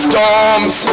Storms